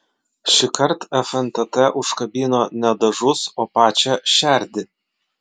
šįkart fntt užkabino ne dažus o pačią šerdį